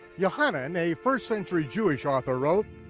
yochanan, a first century jewish author, wrote,